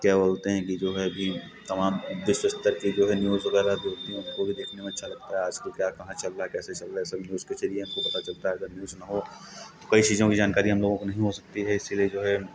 क्या बोलते हैं कि जो है कि तमाम विशेषता थी जो है न्यूज़ वगैरह जो होती है वो हमको भी देखना अच्छा लगता है आज कल क्या कहाँ चल रहा कैसे चल रहा सब न्यूज़ के ज़रिए हमको पता चलता है अगर न्यूज़ ना हो तो कई चीज़ों की जानकारी हम लोगों को नहीं हो सकती है इसीलिए जो है